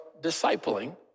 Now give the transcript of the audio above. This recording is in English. discipling